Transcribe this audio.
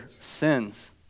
sins